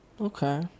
Okay